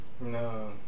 No